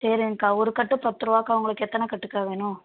சரிங்கக்கா ஒரு கட்டு பத்து ரூவாங்க்கா உங்களுக்கு எத்தனை கட்டுக்கா வேணும்